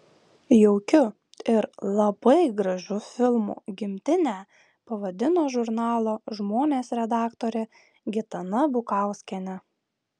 jaukiu ir labai gražiu filmu gimtinę pavadino žurnalo žmonės redaktorė gitana bukauskienė